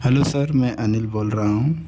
hello sir मैं अनिल बोल रहा हूँ